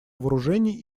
вооружений